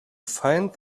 find